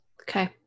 Okay